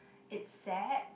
it's sad